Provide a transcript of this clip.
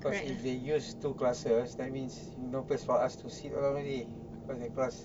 cause if they use two classes that means no place for us to sit around already cause the class